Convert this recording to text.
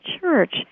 church